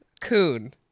Coon